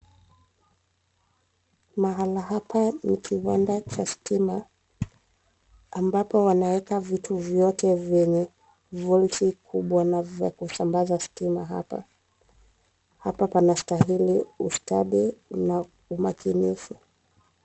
Mahala hapa ni kiwanda cha stima, ambapo wanaeka vitu vyote venye volti kubwa na vya kusambaza stima hapa. Hapa pana stahili ustadi, na umakinifu.